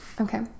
Okay